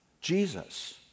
Jesus